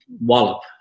wallop